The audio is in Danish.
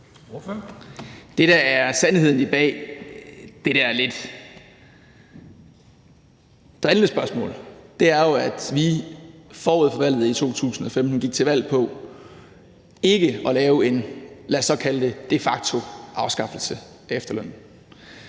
Det, der er sandheden bag det der lidt drillende spørgsmål, er jo, at vi forud for valget i 2015 gik til valg på ikke at lave, lad os så kalde det en de facto-afskaffelse af efterlønnen.